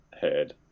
heard